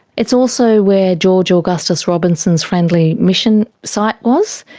it's also where george augustus robinson's friendly mission site was.